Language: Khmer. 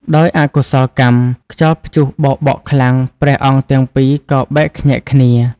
ដោយអកុសលកម្ម ខ្យល់ព្យុះបោកបក់ខ្លាំង ព្រះអង្គទាំងពីរក៏បែកខ្ញែកគ្នា។